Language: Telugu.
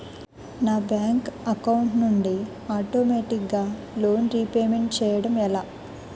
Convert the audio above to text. నా బ్యాంక్ అకౌంట్ నుండి ఆటోమేటిగ్గా లోన్ రీపేమెంట్ చేయడం ఎలా?